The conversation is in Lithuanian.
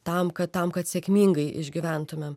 tam kad tam kad sėkmingai išgyventumėm